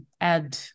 add